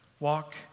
Walk